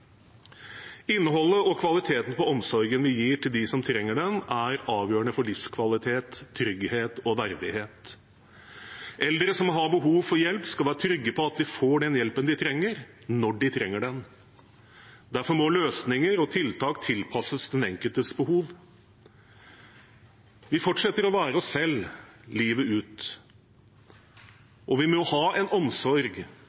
Innholdet og kvaliteten på omsorgen vi gir til dem som trenger den, er avgjørende for livskvalitet, trygghet og verdighet. Eldre som har behov for hjelp, skal være trygge på at de får den hjelpen de trenger, når de trenger den. Derfor må løsninger og tiltak tilpasses den enkeltes behov. Vi fortsetter å være oss selv livet